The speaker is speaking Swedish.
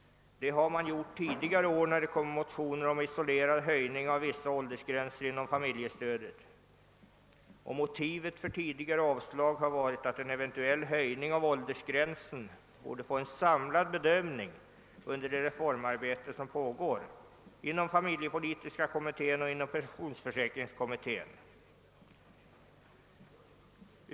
Det har man gjort tidigare år, när det väckts motioner om höjning av vissa åldersgränser inom familjestödet. Motivet för tidigare avstyrkande för sådana motioner har varit att en eventuell höjning av den åldersgräns det gällt borde få en samlad bedömning under det reformarbete som pågår inom familjepolitiska kommittén och pensionsförsäkringskommittén.